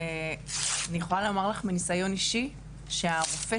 אני יכולה לומר מניסיון אישי שהרופא